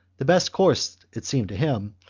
the best course, it seemed to him,